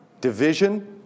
Division